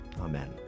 Amen